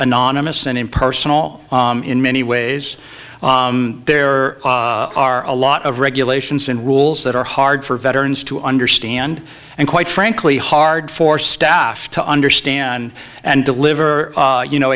anonymous and impersonal in many ways there are a lot of regulations and rules that are hard for veterans to understand and quite frankly hard for staff to understand and deliver you know